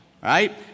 right